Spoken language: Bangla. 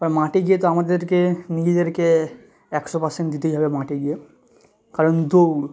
এবার মাঠে গিয়ে তো আমাদেরকে নিজেদেরকে একশো পার্সেন্ট দিতেই হবে মাঠে গিয়ে কারণ দৌড়